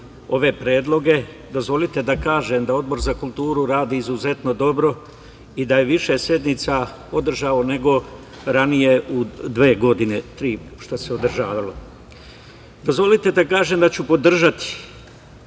ove predloge, dozvolite da kažem da Odbor za kulturu radi izuzetno dobro i da je više sednica održao nego ranije u dve godine, tri, što se održavao. Dozvolite da kažem da ću podržati